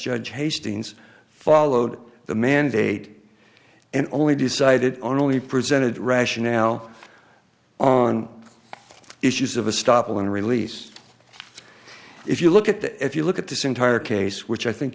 judged hastings followed the mandate and only decided on only presented rationale on issues of a stop and release if you look at the if you look at this entire case which i think